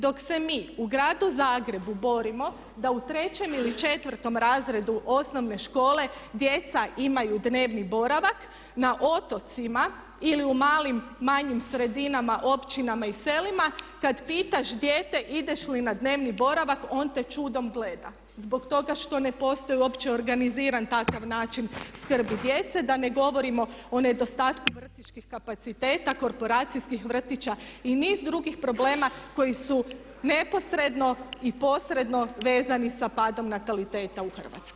Dok se mi u gradu Zagrebu borimo da u trećem ili četvrtom razredu osnovne škole djeca imaju dnevni boravak, na otocima ili u malim, manjim sredinama, općinama i selima kad pitaš dijete ideš li na dnevni boravak on te čudom gleda zbog toga što ne postoji uopće organiziran takav način skrbi djece, da ne govorimo o nedostatku vrtićkih kapaciteta, korporacijskih vrtića i niz drugih problema koji su neposredno i posredno vezani sa padom nataliteta u Hrvatskoj.